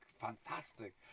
fantastic